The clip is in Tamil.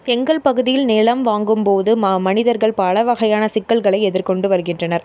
எங்கள் பகுதியில் நிலம் வாங்கும் போது மனிதர்கள் பல வகையான சிக்கல்களை எதிர்கொண்டு வருகின்றனர்